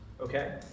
Okay